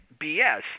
BS